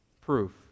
proof